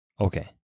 Okay